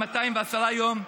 210 יום,